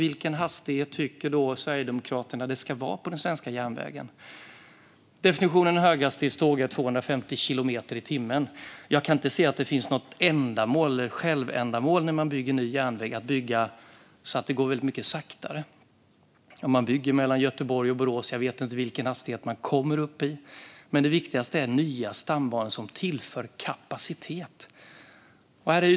Vilken hastighet tycker Sverigedemokraterna att det ska vara på den svenska järnvägen? Definitionen av höghastighetståg är 250 kilometer i timmen. När man bygger ny järnväg kan jag inte se att det finns något självändamål i att bygga så att det går mycket långsammare. Om man bygger mellan Göteborg och Borås vet jag inte vilken hastighet man kommer upp i, men det viktigaste är nya stambanor som tillför kapacitet.